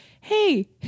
Hey